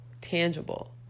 tangible